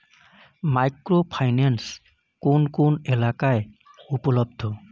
Micro finance কোন কোন এলাকায় উপলব্ধ?